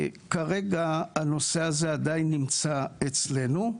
כרגע הנושא הזה עדיין נמצא אצלנו.